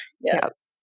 Yes